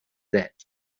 that